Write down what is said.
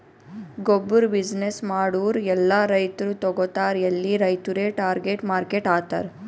ಗೊಬ್ಬುರ್ ಬಿಸಿನ್ನೆಸ್ ಮಾಡೂರ್ ಎಲ್ಲಾ ರೈತರು ತಗೋತಾರ್ ಎಲ್ಲಿ ರೈತುರೇ ಟಾರ್ಗೆಟ್ ಮಾರ್ಕೆಟ್ ಆತರ್